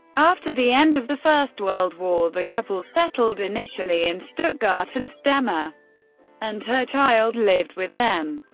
after the end of the first world war, the couple settled initially in stuttgart, and stemmer and her child lived with them.